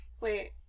Wait